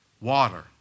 Water